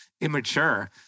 immature